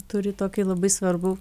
turi tokį labai svarbų